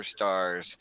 Superstars